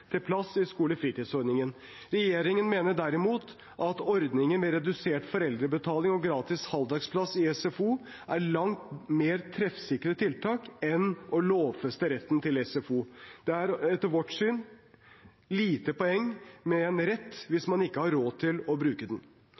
til plass i skolefritidsordningen. Regjeringen mener derimot at ordninger med redusert foreldrebetaling og gratis halvdagsplass i SFO er langt mer treffsikre tiltak enn å lovfeste retten til SFO. Det er etter vårt syn lite poeng i å ha en rett hvis man ikke har råd til å bruke den.